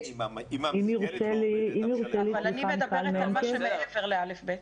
אבל אני מדברת על מה שמעבר לכיתות א'-ב'.